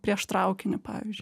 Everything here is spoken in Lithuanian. prieš traukinį pavyzdžiui